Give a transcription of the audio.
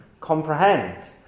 comprehend